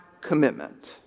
commitment